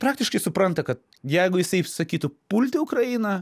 praktiškai supranta kad jeigu jisai įsakytų pulti ukrainą